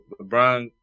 LeBron